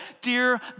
dear